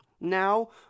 Now